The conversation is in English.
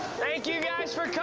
thank you guys for coming!